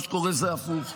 מה שקורה הוא הפוך.